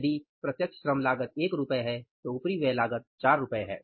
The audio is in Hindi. यदि प्रत्यक्ष श्रम लागत 1 रु है तो उपरिव्यय लागत 4 रु है